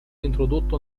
introdotto